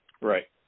Right